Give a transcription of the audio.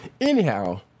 Anyhow